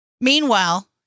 Meanwhile